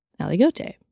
Aligote